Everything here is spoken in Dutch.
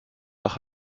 lag